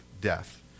death